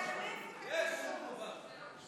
שתקבע ועדת